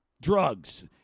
drugs